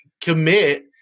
commit